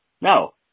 No